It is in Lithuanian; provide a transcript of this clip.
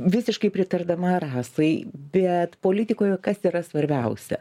visiškai pritardama rasai bet politikoje kas yra svarbiausia